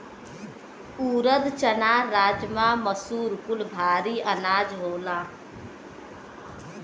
ऊरद, चना, राजमा, मसूर कुल भारी अनाज होला